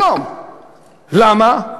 למה?